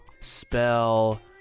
Spell